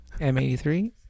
M83